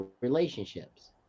relationships